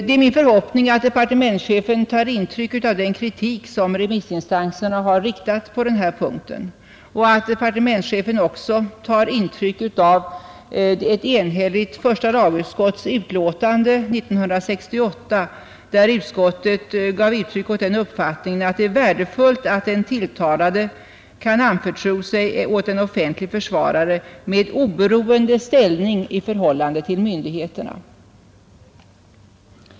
Det är min förhoppning att departementschefen tar intryck av den kritik som remissinstanserna har fört fram på denna punkt och att departementschefen också tar intryck av ett enhälligt första lagutskotts utlåtande år 1968, i vilket utskottet framförde den uppfattningen att det är värdefullt att den tilltalade kan anförtro sig åt en offentlig försvarare med oberoende ställning i förhållande till myndigheterna.